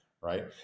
right